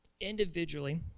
individually